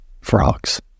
frogs